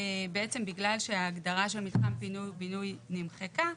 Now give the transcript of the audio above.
בגלל שההגדרה של מתחם פינוי בינוי נמחקה,